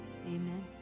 Amen